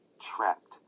trapped